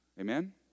Amen